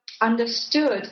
understood